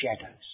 shadows